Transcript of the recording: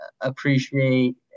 appreciate